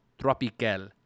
Tropical